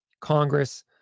Congress